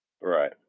Right